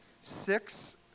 six